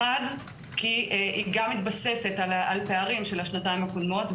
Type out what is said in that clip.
היא גם מתווספת על הפערים של השנתיים הקודמות.